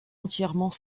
entièrement